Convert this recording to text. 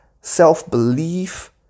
self-belief